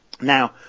Now